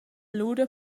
lura